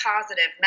positive